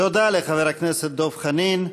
תודה לחבר הכנסת דב חנין.